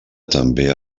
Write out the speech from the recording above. també